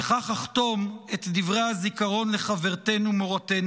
וכך אחתום את דברי הזיכרון לחברתנו-מורתנו,